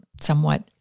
somewhat